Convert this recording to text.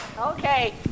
Okay